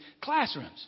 classrooms